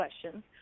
questions